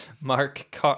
Mark